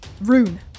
Rune